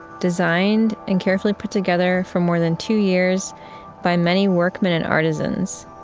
designed and carefully put together for more than two years by many workmen and artisans.